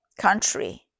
country